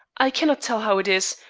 i cannot tell how it is,